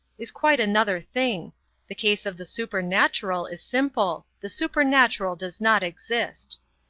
is quite another thing the case of the supernatural is simple. the supernatural does not exist.